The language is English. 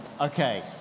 Okay